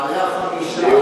מעלה-החמישה,